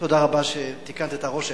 תודה רבה שתיקנת את הרושם.